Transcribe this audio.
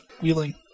Wheeling